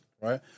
right